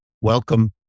Welcome